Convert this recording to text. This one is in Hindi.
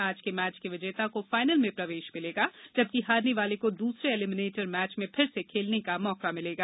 आज के मैच के विजेता को फाइनल में प्रवेश मिलेगा जबकि हारने वाले को दूसरे एलिमिनेटर मैच में फिर से खेलने का मौका मिलेगा